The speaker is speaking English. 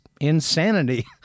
insanity